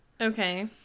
Okay